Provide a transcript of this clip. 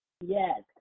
Yes